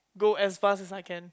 go as fast as I can